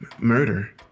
murder